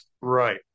Right